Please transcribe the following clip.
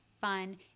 fun